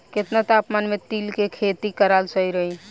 केतना तापमान मे तिल के खेती कराल सही रही?